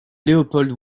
leopold